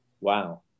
Wow